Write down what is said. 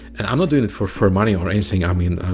and i'm not doing it for for money or anything, i mean,